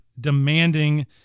demanding